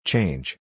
Change